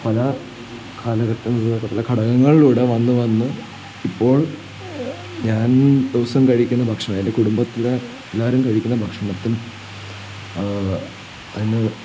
പല കാലഘട്ടങ്ങളിലുള്ള ഘടകങ്ങളിലൂടെ വന്ന് വന്ന് ഇപ്പോൾ ഞാൻ ദിവസം കഴിക്കുന്ന ഭക്ഷണം എൻ്റെ കുടുംബത്തിലെ എല്ലാവരും കഴിക്കുന്ന ഭക്ഷണത്തിൽ അതിന്